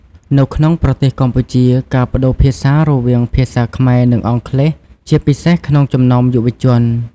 នៅក្នុងប្រទេសកម្ពុជា ការប្តូរភាសារវាងភាសាខ្មែរ និងអង់គ្លេសជាពិសេសក្នុងចំណោមយុវជន។